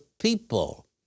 people